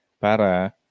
para